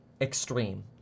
extreme